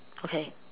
okay